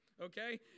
okay